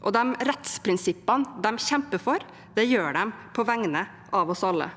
og de rettsprinsippene de kjemper for, kjemper de for på vegne av oss alle.